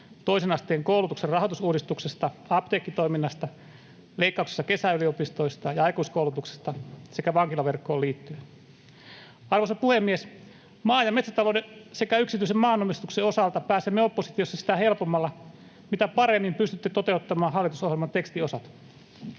toisen asteen koulutuksen rahoitusuudistuksesta, apteekkitoiminnasta, leikkauksesta kesäyliopistoista ja aikuiskoulutuksesta sekä vankilaverkkoon liittyen. Arvoisa puhemies! Maa- ja metsätalouden sekä yksityisen maanomistuksen osalta pääsemme oppositiossa sitä helpommalla, mitä paremmin pystytte toteuttamaan hallitusohjelman tekstiosat.